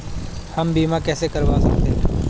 हम बीमा कैसे करवा सकते हैं?